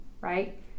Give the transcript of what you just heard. right